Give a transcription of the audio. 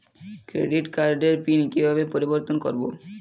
Credit কার্ডের pin কিভাবে পরিবর্তন করবো?